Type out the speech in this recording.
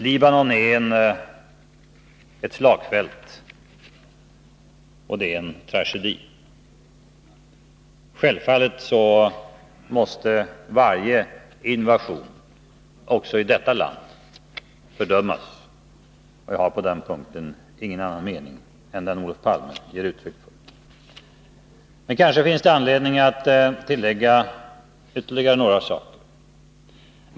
Libanon är ett slagfält och en tragedi. Självfallet måste varje invasion också i detta land fördömas. Jag har på den punkten ingen annan mening än den som Olof Palme ger uttryck för. Kanske finns det anledning att tillägga ytterligare några saker.